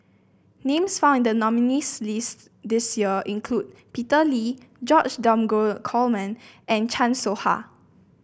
names found in the nominees list this year include Peter Lee George Dromgold Coleman and Chan Soh Ha